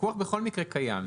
פיקוח בכל מקרה קיים.